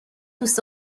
دوست